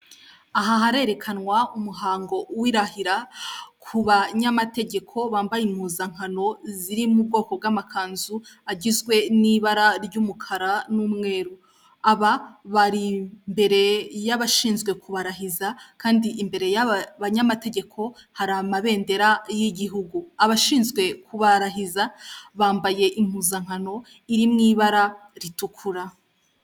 Aha harerekanwa umuhango wirahira ku banyamategeko bambaye impuzankano ziri mu bwoko bw'amakanzu agizwe n'ibara ry'umukara n'umweru, aba bari imbere y'abashinzwe kubarahiza kandi imbere y'abanyamategeko, hari amabendera y'igihugu abashinzwe kubarahiza bambaye impuzankano iri mu ibara ritukura.